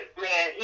man